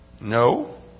No